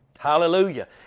Hallelujah